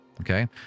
Okay